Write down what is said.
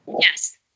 Yes